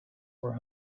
were